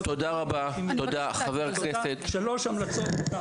שלוש המלצות.